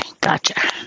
gotcha